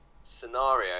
scenario